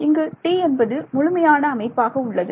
இங்கு T என்பது முழுமையான அமைப்பாக உள்ளது